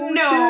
no